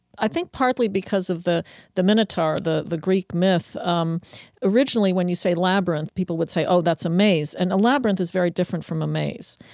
i think partly because of the the minotaur, the the greek myth. um originally when you say labyrinth, people would say, oh, that's a maze. and a labyrinth is very different from a maze.